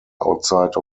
outside